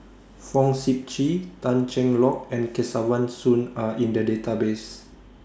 Fong Sip Chee Tan Cheng Lock and Kesavan Soon Are in The Database